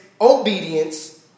obedience